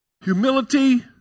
humility